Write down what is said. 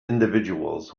individuals